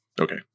okay